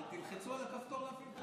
בדיקות ומכונים גם בתקופה עמוסה